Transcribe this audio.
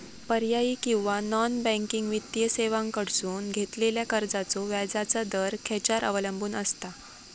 पर्यायी किंवा non banking वित्तीय सेवांकडसून घेतलेल्या कर्जाचो व्याजाचा दर खेच्यार अवलंबून आसता?